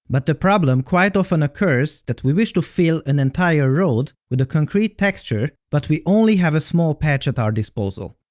but the problem quite often occurs that we wish to fill an entire road with a concrete texture, but we only have a small patch at our disposal.